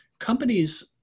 companies